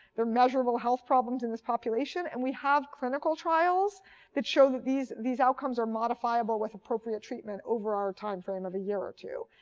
they're measurable health problems in this population, and we have clinical trials that show these these outcomes are modifiable with appropriate treatment over our time frame of a year or two.